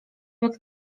jak